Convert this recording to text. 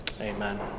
Amen